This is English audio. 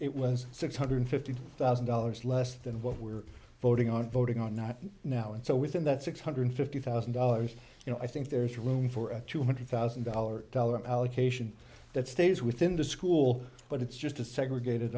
it was six hundred fifty thousand dollars less than what we're voting on voting on not now and so within that six hundred fifty thousand dollars you know i think there's room for a two hundred thousand dollars dollar allocation that stays within the school but it's just a segregated